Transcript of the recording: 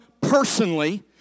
personally